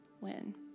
win